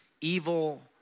evil